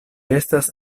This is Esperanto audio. estas